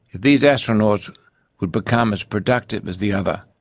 these astronauts would become as productive as the other,